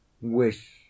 wish